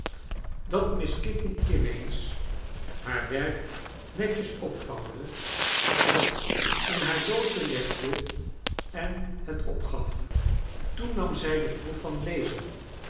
dat miss kitty kimmeens haar werk netjes opvouwde het in haar doosje legde en het opgaf toen nam zij de proef van lezen